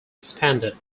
expanded